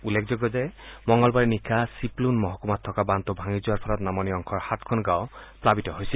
উল্লেখযোগ্য যে মঙলবাৰে নিশা চিপলুন মহকুমাত থকা বান্ধটো ভাঙি যোৱাৰ ফলত নামনি অংশৰ সাতখন গাঁও প্লাবিত হৈছে